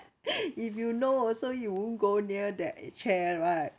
if you know also you won't go near that chair right